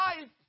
life